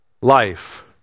Life